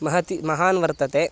महति महान् वर्तते